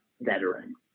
veteran